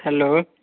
hello